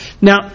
Now